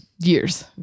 years